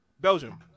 Belgium